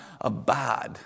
abide